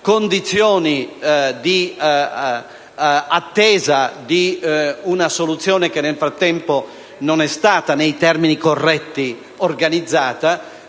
condizioni di attesa di una soluzione che nel frattempo non è stata organizzata nei termini corretti, è ovvio